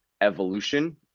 evolution